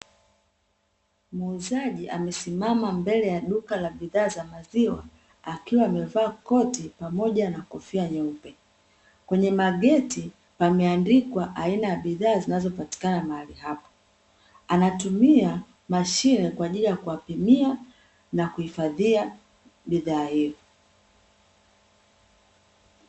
Muuzaji amesimama mbele ya duka la maziwa akiwa amevaa koti pamoja na kofia nyeupe. Kwenye mageti pameandikwa aina ya bidhaa zinazopatikana mahali hapo. Anatumia mashine kwa ajili ya kuwapimia na kuhifadhia bidhaa hiyo.